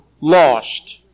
lost